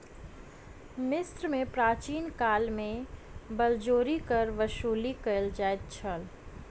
मिस्र में प्राचीन काल में बलजोरी कर वसूली कयल जाइत छल